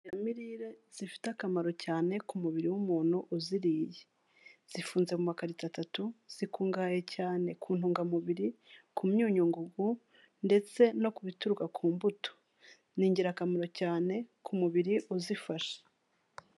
Imboneza mirire zifite akamaro cyane ku mubiri w'umuntu uziriye, zifunze mu makarito atatu, zikungahaye cyane ku ntungamubiri, ku myunyu ngugu ndetse no ku bituruka ku mbuto, ni ingirakamaro cyane ku mubiri uzifasha.